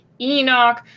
enoch